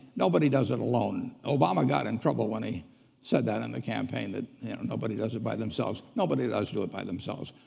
nobody does it alone. obama got in trouble when he said that in the campaign, that nobody does it by themselves. nobody does do it by themselves.